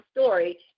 story